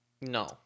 no